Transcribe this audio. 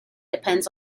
depends